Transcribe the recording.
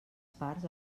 parts